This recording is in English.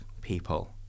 people